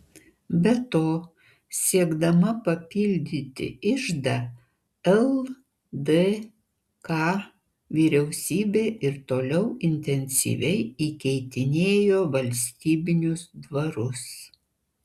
be to siekdama papildyti iždą ldk vyriausybė ir toliau intensyviai įkeitinėjo valstybinius dvarus